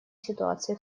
ситуации